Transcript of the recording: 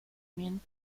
min